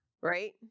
right